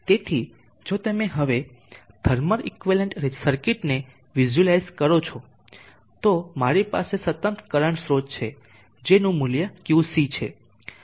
તેથી જો તમે હવે થર્મલ ઇક્વેલન્ટ સર્કિટને વિઝ્યુઅલાઈઝ કરો છો તો મારી પાસે સતત કરંટ સ્રોત છે જેનું મૂલ્ય QC હોય છે